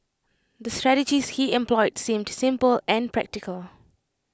the strategies he employed seemed simple and practical